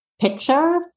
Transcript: picture